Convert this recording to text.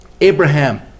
Abraham